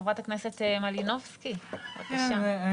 חברת הכנסת מלינובסקי, בבקשה.